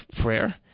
prayer